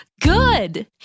Good